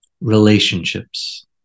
relationships